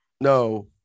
No